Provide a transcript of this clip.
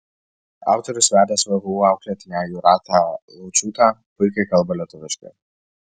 autorius vedęs vvu auklėtinę jūratę laučiūtę puikiai kalba lietuviškai